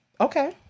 Okay